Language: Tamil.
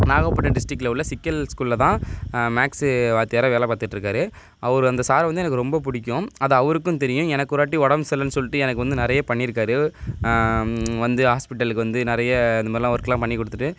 நாகப்பட்டினம் டிஸ்ட்ரிக்ட்டில் உள்ள சிக்கல் ஸ்கூலில் தான் மேக்ஸு வாத்தியாராக வேலை பார்த்துட்ருக்காரு அவரு அந்த சாரை வந்து எனக்கு ரொம்ப பிடிக்கும் அது அவருக்கும் தெரியும் எனக்கு ஒரு வாட்டி உடம் சர்லன்னு சொல்லிட்டு எனக்கு வந்து நிறைய பண்ணிருக்கார் வந்து ஹாஸ்பிட்டலுக்கு வந்து நிறைய இந்தமாரிலாம் ஒர்க் எல்லாம் பண்ணிக் கொடுத்துட்டு